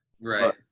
Right